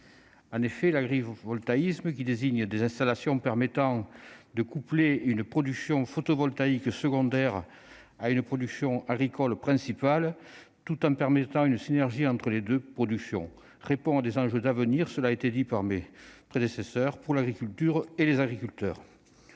tensions. L'agrivoltaïsme, qui désigne des installations permettant de coupler une production photovoltaïque secondaire à une production agricole principale tout en favorisant une synergie entre les deux productions, répond à des enjeux d'avenir pour l'agriculture et les agriculteurs.